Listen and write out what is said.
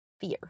fear